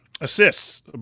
assists